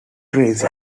racing